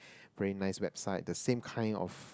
very nice website the same kind of